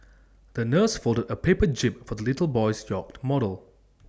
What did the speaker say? the nurse folded A paper jib for the little boy's yacht model